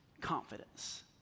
confidence